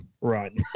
run